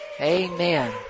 Amen